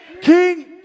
King